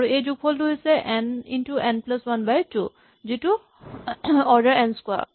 আৰু এই যোগফলটো হৈছে n into n plus one by two যিটো অৰ্ডাৰ এন স্কোৱাৰ